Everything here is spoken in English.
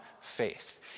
faith